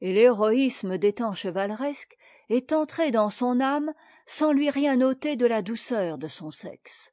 et l'héro'fsme des temps chevaleresques est entré dans son âme sans lui rien ôter de la douceur de son sexe